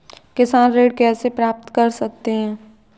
किसान ऋण कैसे प्राप्त कर सकते हैं?